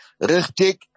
Richtig